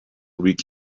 week